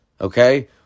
okay